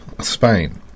Spain